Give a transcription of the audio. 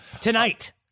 tonight